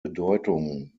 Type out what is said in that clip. bedeutung